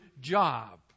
job